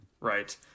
right